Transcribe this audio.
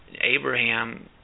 Abraham